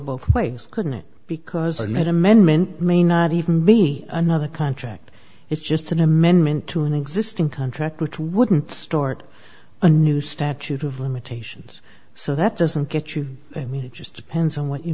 both ways couldn't it because the net amendment may not even be another contract it's just an amendment to an existing contract which wouldn't start a new statute of limitations so that doesn't get you i mean it just depends on what you